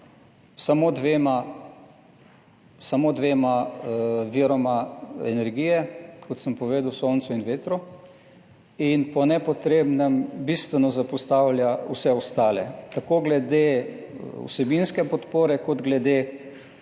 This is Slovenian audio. samo dvema viroma energije, kot sem povedal, soncu in vetru, in po nepotrebnem bistveno zapostavlja vse ostale, tako glede vsebinske podpore kot glede